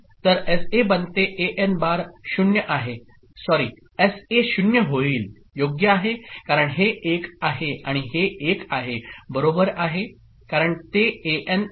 तर एसए बनते AN bar 0 आहे सॉरी एसए 0 होईल योग्य आहे कारण हे 1 आहे आणि हे 1 आहे बरोबर आहे कारण ते एएन आहे